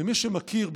למי שמכיר,